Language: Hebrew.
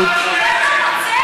אתה אפס,